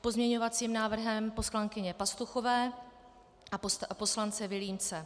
Pozměňovacím návrhem poslankyně Pastuchové a poslance Vilímce.